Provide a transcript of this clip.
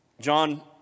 John